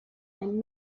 and